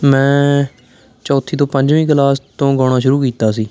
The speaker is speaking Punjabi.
ਮੈਂ ਚੌਥੀ ਤੋਂ ਪੰਜਵੀਂ ਕਲਾਸ ਤੋਂ ਗਾਉਣਾ ਸ਼ੁਰੂ ਕੀਤਾ ਸੀ